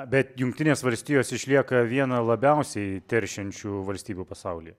bet jungtinės valstijos išlieka viena labiausiai teršiančių valstybių pasaulyje